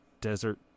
desert